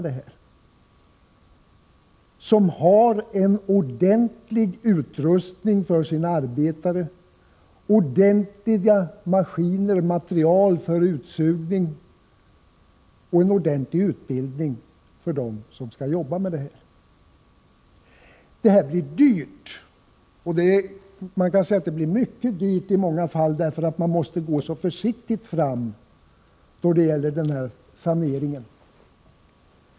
De måste ha ordentlig utrustning för sina arbetare, ordentliga maskiner och materiel för utsugning samt ordentlig utbildning för dem som skall jobba. Det blir dyrt — i många fall mycket dyrt, eftersom man måste gå så försiktigt fram när det gäller asbestsanering.